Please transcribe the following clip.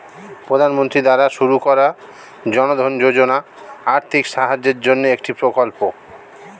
প্রধানমন্ত্রী দ্বারা শুরু করা জনধন যোজনা আর্থিক সাহায্যের জন্যে একটি প্রকল্প